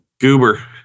Goober